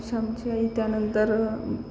श्यामची आई त्यानंतर